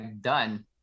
done